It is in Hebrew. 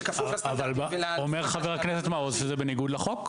שכפוף לסטנדרטים ול --- אבל אומר חבר הכנסת מעוז שזה בניגוד לחוק.